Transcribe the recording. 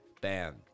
Bam